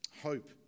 Hope